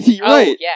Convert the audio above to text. Right